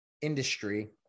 industry